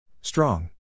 Strong